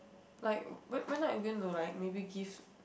like when when I going to like maybe give